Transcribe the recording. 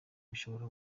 bishobora